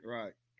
right